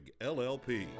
LLP